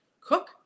cook